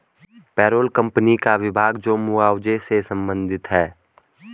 payroll company का विभाग जो मुआवजे से संबंधित है